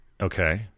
Okay